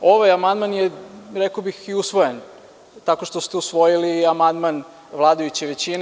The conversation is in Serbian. Ovaj amandman je, rekao bih, i usvojen tako što ste usvojili amandman vladajuće većine.